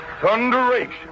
thunderation